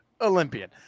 Olympian